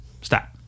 Stop